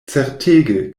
certege